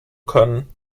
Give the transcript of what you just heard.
können